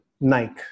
Nike